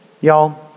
y'all